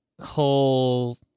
whole